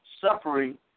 suffering